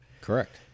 Correct